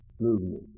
movement